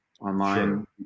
online